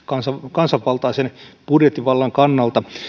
kansanvaltaisen budjettivallan kannalta